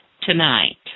Tonight